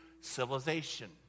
civilization